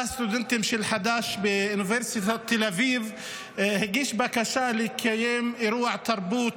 תא הסטודנטים של חד"ש באוניברסיטת תל אביב הגיש בקשה לקיים אירוע תרבות,